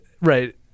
right